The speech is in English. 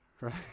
Right